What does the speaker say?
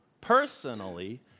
personally